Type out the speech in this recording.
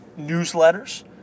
newsletters